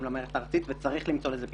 למערכת הארצית וצריך למצוא לזה פתרון.